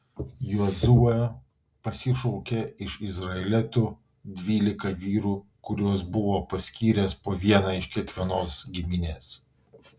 jozuė pasišaukė iš izraelitų dvylika vyrų kuriuos buvo paskyręs po vieną iš kiekvienos giminės